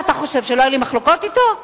מה, אתה חושב שלא היו לי מחלוקות אתו?